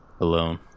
Alone